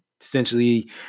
Essentially